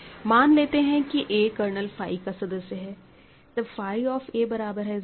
मान लेते है कि a कर्नल फाई का सदस्य है तब फाई ऑफ़ a बराबर है 0 के